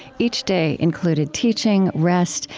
each day included teaching, rest,